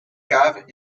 caves